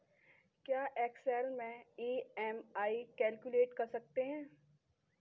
क्या एक्सेल में EMI calculate कर सकते हैं?